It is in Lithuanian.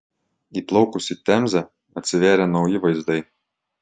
įplaukus į temzę atsivėrė nauji vaizdai